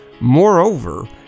Moreover